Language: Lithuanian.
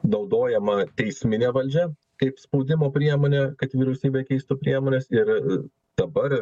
naudojama teisminė valdžia kaip spaudimo priemonė kad vyriausybė keistų priemones ir dabar